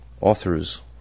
authors